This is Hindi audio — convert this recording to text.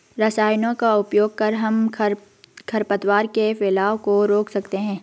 रसायनों का उपयोग कर हम खरपतवार के फैलाव को रोक सकते हैं